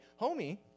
homie